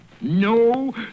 No